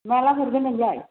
माब्ला हरगोन नोंलाय